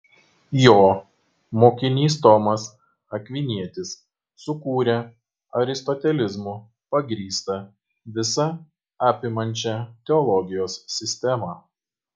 jo mokinys tomas akvinietis sukūrė aristotelizmu pagrįstą visa apimančią teologijos sistemą